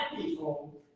people